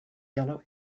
yellow